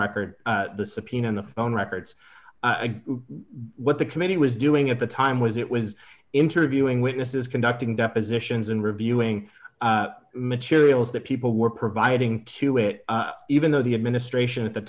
record the subpoena in the phone records what the committee was doing at the time was it was interviewing witnesses conducting depositions and reviewing materials that people were providing to it even though the administration at the